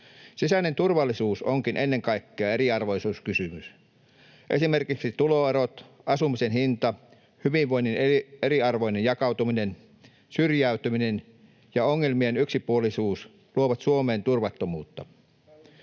Sisäinen turvallisuus onkin ennen kaikkea eriarvoisuuskysymys. Esimerkiksi tuloerot, asumisen hinta, hyvinvoinnin eriarvoinen jakautuminen, syrjäytyminen ja ongelmien yksipuolisuus luovat Suomeen turvattomuutta.